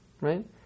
right